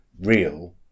real